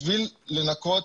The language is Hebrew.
בשביל לנקות